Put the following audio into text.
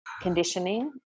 conditioning